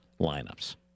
lineups